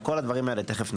על כל הדברים האלה תכף נרחיב.